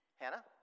Hannah